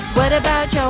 what about